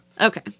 Okay